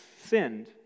sinned